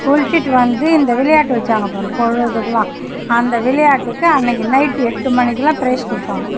குளிச்சுட்டு வந்து இந்த விளையாட்டு வச்சாங்க பார் பொழுதுக்கெலாம் அந்த விளையாட்டுக்கு அன்றைக்கி நைட் எட்டு மணிக்கெலாம் ப்ரைஸ் கொடுப்பாங்கோ